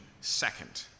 second